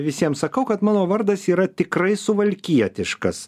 visiem sakau kad mano vardas yra tikrai suvalkietiškas